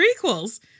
prequels